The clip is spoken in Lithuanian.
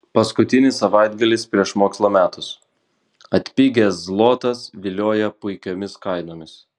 paskutinis savaitgalis prieš mokslo metus atpigęs zlotas vilioja puikiomis kainomis